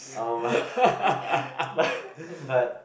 um but but but